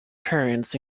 currents